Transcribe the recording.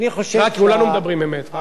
כולנו מדברים אמת.